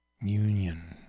Union